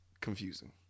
confusing